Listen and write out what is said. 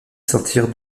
sentirent